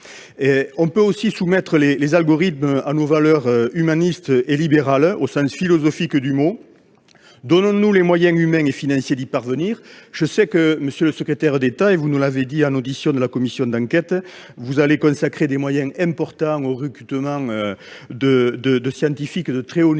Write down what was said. On peut soumettre les algorithmes à nos valeurs humanistes et libérales, au sens philosophique du mot : donnons-nous les moyens humains et financiers d'y parvenir. Monsieur le secrétaire d'État, vous l'avez annoncé devant notre commission d'enquête : vous allez consacrer des moyens importants au recrutement de scientifiques de très haut niveau,